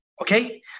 Okay